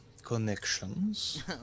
connections